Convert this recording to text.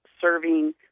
serving